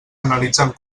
analitzant